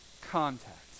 contact